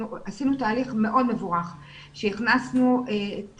אנחנו עשינו תהליך מאוד מבורך שהכנסנו את